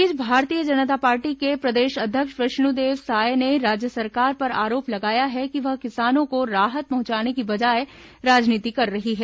इस बीच भारतीय जनता पार्टी के प्रदेश अध्यक्ष विष्णुदेव साय ने राज्य सरकार पर आरोप लगाया है कि वह किसानों को राहत पहुंचाने की बजाय राजनीति कर रही है